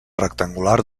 rectangular